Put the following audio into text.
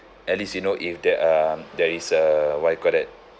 at least you know if there are there is a what you call that